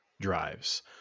drives